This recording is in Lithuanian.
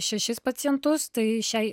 šešis pacientus tai šiai